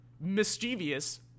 mischievous